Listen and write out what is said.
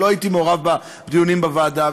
ולא הייתי מעורב בדיונים בוועדה,